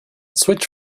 switch